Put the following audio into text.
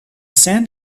sand